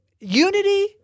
Unity